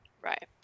Right